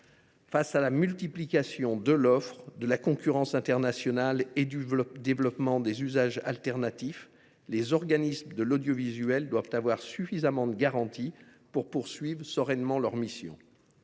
Face à la multiplication de l’offre, de la concurrence internationale et du développement des usages alternatifs, les organismes de l’audiovisuel public doivent avoir suffisamment de garanties pour poursuivre sereinement leurs missions.